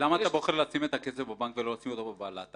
למה אתה בוחר לשים את הכסף בבנק ולא לשים אותו מתחת לבלטה?